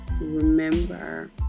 remember